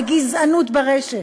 בגזענות ברשת.